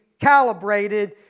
calibrated